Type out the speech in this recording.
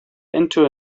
into